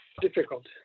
Difficult